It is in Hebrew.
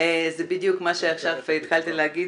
זה בדיוק מה שהתחלתי להגיד,